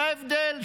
זה ההבדל.